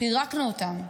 פירקנו אותם.